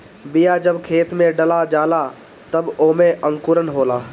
बिया जब खेत में डला जाला तब ओमे अंकुरन होला